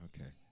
Okay